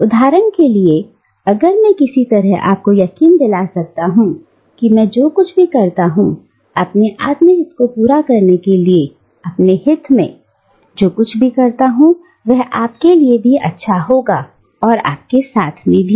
जैसे कि उदाहरण के लिए अगर मैं किसी तरह आपको यकीन दिला सकता हूं कि मैं जो कुछ भी करता हूं अपने आत्म हित को पूरा करने के लिए अपने हित में जो कुछ भी करता हूं वह आपके लिए भी अच्छा होगा और आपके साथ में भी